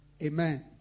Amen